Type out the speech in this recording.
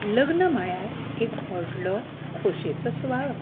लग्न म्हणल्यार एक व्हडलो खोश्येचो सुवाळो